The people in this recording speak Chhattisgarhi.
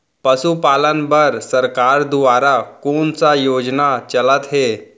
पशुपालन बर सरकार दुवारा कोन स योजना चलत हे?